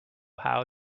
how